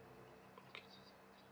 okay